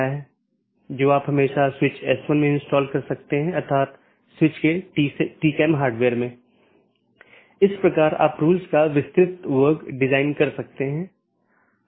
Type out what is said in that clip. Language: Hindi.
इसलिए आप देखते हैं कि एक BGP राउटर या सहकर्मी डिवाइस के साथ कनेक्शन होता है यह अधिसूचित किया जाता है और फिर कनेक्शन बंद कर दिया जाता है और अंत में सभी संसाधन छोड़ दिए जाते हैं